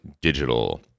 Digital